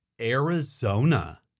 Arizona